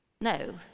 No